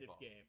game